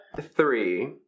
three